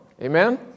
Amen